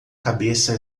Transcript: cabeça